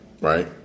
Right